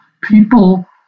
people